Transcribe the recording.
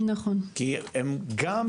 כי גם --- נכון,